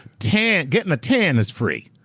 tan, getting a tan is free.